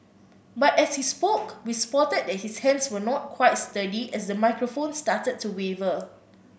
but as he spoke we spotted that his hands were not quite sturdy as the microphone started to waver